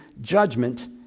judgment